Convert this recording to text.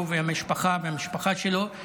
הוא והמשפחה שלו,